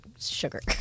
sugar